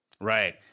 Right